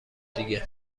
دیگه